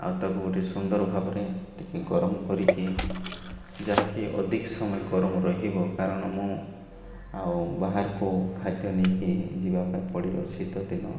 ଆଉ ତାକୁ ଗୋଟେ ସୁନ୍ଦର ଭାବରେ ଟିକେ ଗରମ କରିକି ଯାହାକି ଅଧିକ ସମୟ ଗରମ ରହିବ କାରଣ ମୁଁ ଆଉ ବାହାରକୁ ଖାଦ୍ୟ ନେଇକି ଯିବା ପାଇଁ ପଡ଼ିବ ଶୀତ ଦିନ